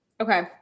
Okay